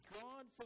God